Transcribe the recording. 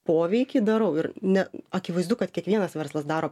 poveikį darau ir ne akivaizdu kad kiekvienas verslas daro